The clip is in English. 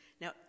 now